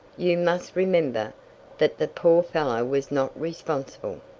you must remember that the poor fellow was not responsible.